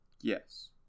Yes